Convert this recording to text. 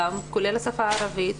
כולל השפה הערבית,